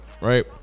Right